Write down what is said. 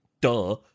duh